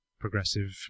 progressive